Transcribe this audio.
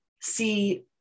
See